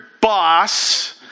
boss